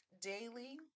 daily